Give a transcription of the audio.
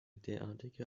derartige